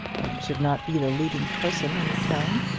and should not be the leading person in the town.